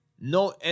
no